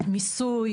מיסוי,